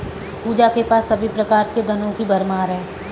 पूजा के पास सभी प्रकार के धनों की भरमार है